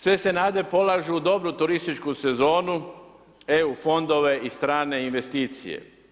Sve se nade polažu u dobru turističku sezonu, EU fondove i strane investicije.